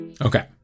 Okay